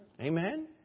Amen